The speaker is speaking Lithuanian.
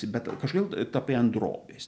bet kažkodėl tapai ant drobės